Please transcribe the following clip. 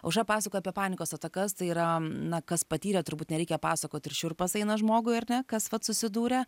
aušra pasakoja apie panikos atakas tai yra na kas patyrė turbūt nereikia pasakot ir šiurpas eina žmogui ar ne kas vat susidūrė